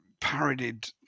parodied